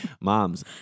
Moms